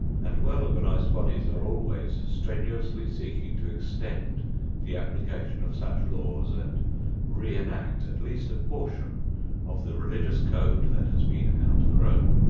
and well-organized bodies are always strenuously seeking to extend the application of such laws and re-enact at least a portion of the religious code that has been outgrown.